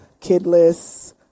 kidless